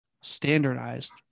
standardized